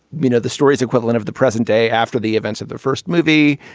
you know, the story's equivalent of the present day after the events of the first movie.